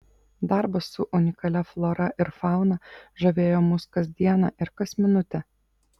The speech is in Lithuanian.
darbas su unikalia flora ir fauna žavėjo mus kas dieną ir kas minutę